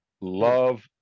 love